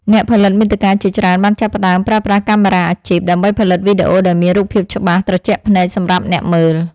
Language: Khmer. អ្នកផលិតមាតិកាជាច្រើនបានចាប់ផ្តើមប្រើប្រាស់កាមេរ៉ាអាជីព ដើម្បីផលិតវីដេអូដែលមានរូបភាពច្បាស់ត្រជាក់ភ្នែកសម្រាប់អ្នកមើល។